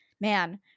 man